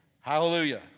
Hallelujah